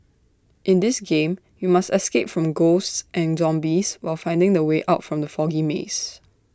in this game you must escape from ghosts and zombies while finding the way out from the foggy maze